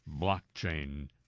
blockchain